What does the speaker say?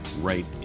right